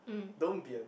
don't be a